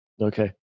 Okay